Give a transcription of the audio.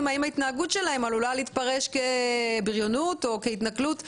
האם ההתנהגות שלהם עלולה להתפרש כביריונות או כהתנכלות,